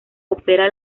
opera